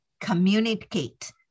communicate